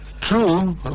True